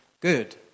good